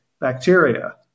bacteria